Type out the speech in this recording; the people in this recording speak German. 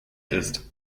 ist